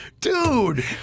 dude